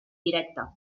directe